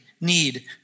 need